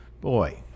boy